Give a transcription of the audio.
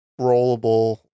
rollable